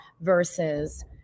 versus